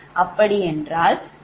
அப்படி என்றால் cos𝜙1cos14